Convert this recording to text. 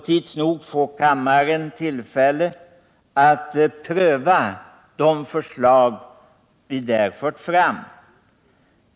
Tids nog får kammaren tillfälle att pröva de förslag som vi där fört fram.